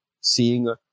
seeing